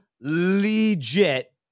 legit